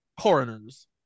coroners